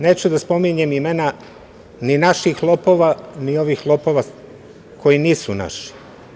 Neću da spominjem imena ni naših lopova, ni ovih lopova koji nisu naši.